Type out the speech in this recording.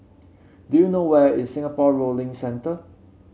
do you know where is Singapore Rowing Centre